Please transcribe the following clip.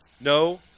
No